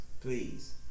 Please